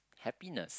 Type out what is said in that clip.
happiness